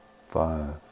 five